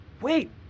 Wait